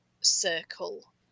circle